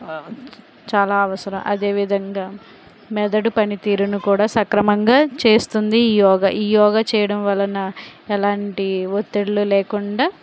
చాలా అవసరం అదేవిధంగా మెదడు పనితీరును కూడా సక్రమంగా చేస్తుంది ఈ యోగా ఈ యోగా చేయడం వలన ఎలాంటి ఒత్తిడులు లేకుండా